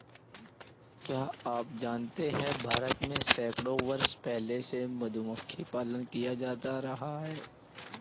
क्या आप जानते है भारत में सैकड़ों वर्ष पहले से मधुमक्खी पालन किया जाता रहा है?